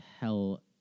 hell